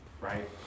Right